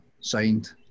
signed